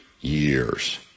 years